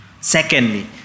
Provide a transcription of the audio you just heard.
Secondly